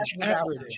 average